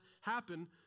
happen